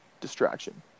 distraction